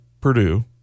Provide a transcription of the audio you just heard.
Purdue